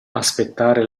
aspettare